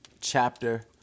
chapter